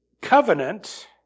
covenant